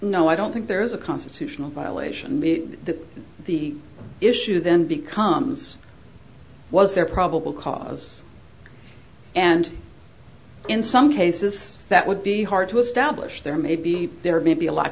no i don't think there is a constitutional violation the issue then becomes was there probable cause and in some cases that would be hard to establish there may be there may be a lack